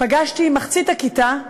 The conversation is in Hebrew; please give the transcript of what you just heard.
מחצית הכיתה,